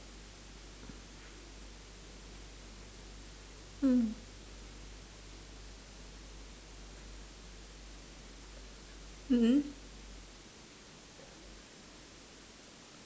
hmm mm mm